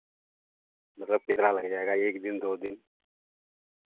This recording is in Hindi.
मतलब कितना लग जाएगा एक दिन दो दिन